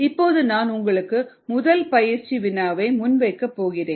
இப்போது நான் உங்களுக்கு முதல் பயிற்சி வினாவை முன்வைக்கப் போகிறேன்